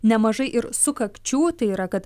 nemažai ir sukakčių tai yra kad